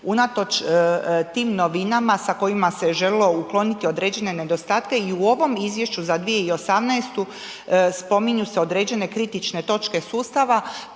unatoč tim novinama sa kojima se željelo ukloniti određene nedostatke i u ovom izvješću za 2018. spominju se određene kritične točke sustava.